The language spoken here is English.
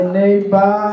neighbor